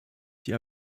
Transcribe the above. sie